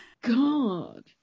God